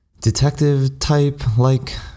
Detective-type-like